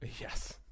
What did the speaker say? Yes